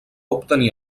obtenir